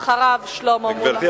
אחריו, שלמה מולה,